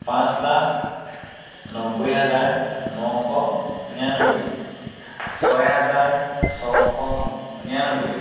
পাঁচ লাখ নব্বৈ হাজাৰ নশ নিৰান্নব্বৈ ছয় হাজাৰ ছশ নিৰান্নব্বৈ